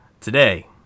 today